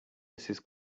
mrs